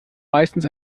meistens